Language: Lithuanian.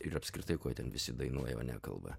ir apskritai ko jie ten visi dainuoja o nekalba